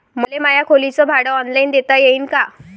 मले माया खोलीच भाड ऑनलाईन देता येईन का?